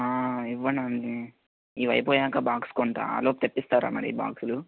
ఇవ్వండి ఆంటీ ఇవి అయిపోయాక బాక్స్ కొంటా ఆ లోపు తెప్పిస్తారా మరి బాక్సులు